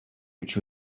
which